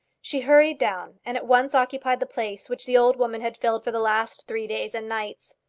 she hurried down, and at once occupied the place which the old woman had filled for the last three days and nights.